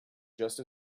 just